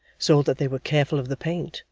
saw that they were careful of the paint,